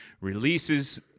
releases